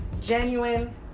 genuine